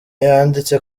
yanditse